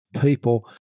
people